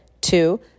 two